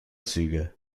züge